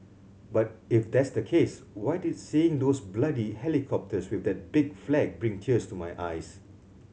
but if that's the case why did seeing those bloody helicopters with that big flag bring tears to my eyes